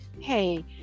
hey